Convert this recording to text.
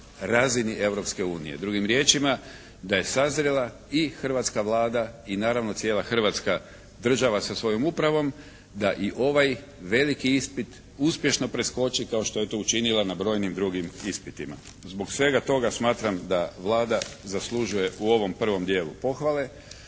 unije. Drugim riječima da je sazrela i hrvatska Vlada i naravno cijela Hrvatska država sa svojom upravom, da i ovaj veliki ispit uspješno preskoči kao što je to učinila na brojnim drugim ispitima. Zbog svega toga smatram da Vlada zaslužuje u ovom prvom dijelu pohvale,